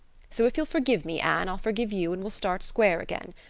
so if you'll forgive me, anne, i'll forgive you and we'll start square again.